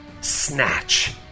Snatch